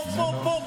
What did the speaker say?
פה, פה,